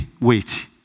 wait